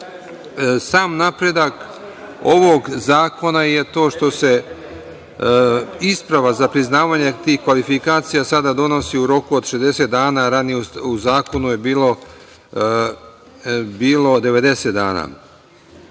Sam napredak ovog zakona je to što se isprava za priznavanje tih kvalifikacija sada donosi u roku od 60 dana. Ranije je u zakonu bilo 90 dana. Koji